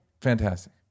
fantastic